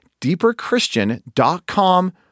deeperchristian.com